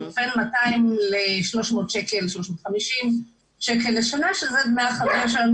בין 200-350 שקל לשנה שזה דמי החבר שלנו